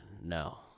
no